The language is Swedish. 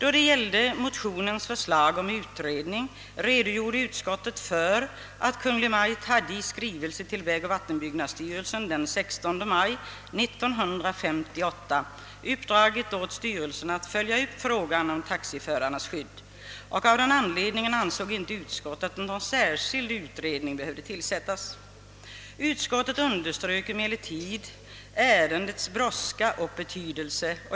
Beträffande motionens förslag om utredning redogjorde utskottet för att Kungl. Maj:t i skrivelse till vägoch vattenbyggnadsstyrelsen den 16 maj 1958 hade uppdragit åt styrelsen att följa upp frågan om taxiförarnas skydd. Av den anledningen ansåg utskottet att någon särskild utredning inte behövde tillsättas. Utskottet underströk dock ärendets brådska och betydelse.